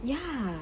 ya